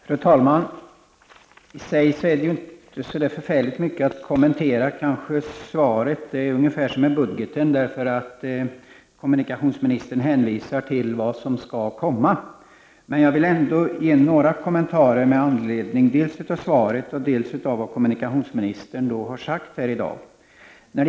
Fru talman! Det svar som kommunikationsministern har givit är kanske i sig inte särskilt mycket att kommentera. Det är ungefär som med budgetpropositionen. Kommunikationsministern hänvisar till det som skall komma. Men jag vill ändå ge några kommentarer dels med anledning av svaret, dels med anledning av vad kommunikationsministern har sagt här i dag.